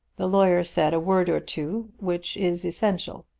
the lawyer said a word or two which is essential.